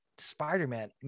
spider-man